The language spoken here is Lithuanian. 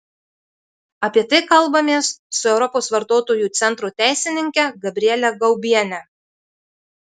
apie tai kalbamės su europos vartotojų centro teisininke gabriele gaubiene